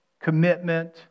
commitment